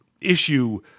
issue